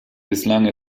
bislang